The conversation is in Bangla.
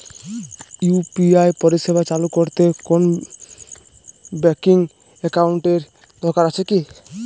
ইউ.পি.আই পরিষেবা চালু করতে কোন ব্যকিং একাউন্ট এর কি দরকার আছে?